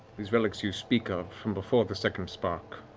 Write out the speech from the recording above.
these relics you speak of from before the second spark